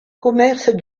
commerce